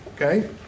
Okay